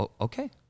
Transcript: Okay